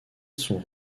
sont